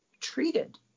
treated